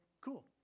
cool